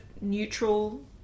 neutral